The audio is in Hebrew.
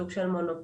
סוג של מונופול,